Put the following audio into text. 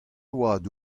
oad